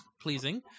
pleasing